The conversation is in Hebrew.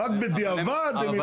רק בדיעבד הם יבדקו לך אם כן או לא.